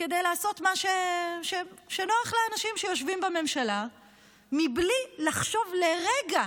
כדי לעשות מה שנוח לאנשים שיושבים בממשלה בלי לחשוב לרגע